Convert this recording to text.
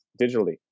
digitally